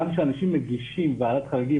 גם כשאנשים מגישים לוועדת חריגים,